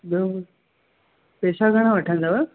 ॿियो पैसा घणा वठंदव